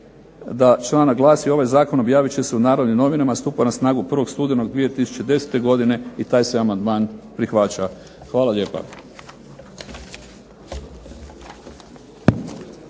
da članak glasi: "Ovaj zakon objavit će se u Narodnim novinama, a stupa na snagu 1. studenog 2010. godine". I taj se amandman prihvaća. Hvala lijepa.